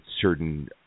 certain